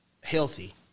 healthy